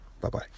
Bye-bye